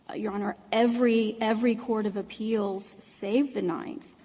ah your honor, every every court of appeals, save the ninth,